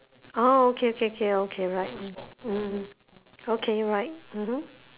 oh okay okay okay okay right mm mm okay right mmhmm